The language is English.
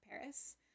Paris